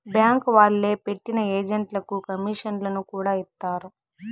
bank వాళ్లే పెట్టిన ఏజెంట్లకు కమీషన్లను కూడా ఇత్తారు